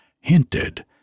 hinted